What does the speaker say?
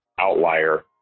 outlier